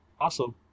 Awesome